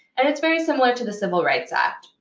and it's very similar to the civil rights act.